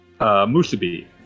Musubi